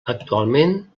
actualment